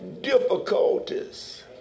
difficulties